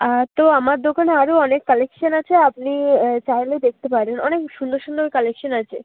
আর তো আমার দোকানে আরো অনেক কালেকশান আছে আপনি চাইলে দেখতে পারেন অনেক সুন্দর সুন্দর কালেকশন আছে